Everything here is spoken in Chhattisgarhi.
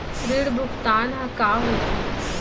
ऋण भुगतान ह का होथे?